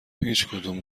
هیچدوم